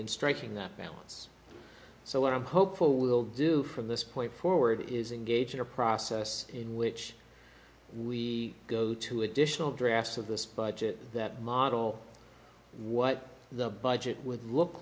in striking that balance so what i'm hopeful will do from this point forward is engage in a process in which we go to additional drafts of this budget that model what the budget would look